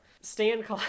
stan